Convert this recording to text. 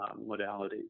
modalities